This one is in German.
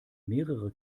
mehrere